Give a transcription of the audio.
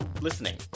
listening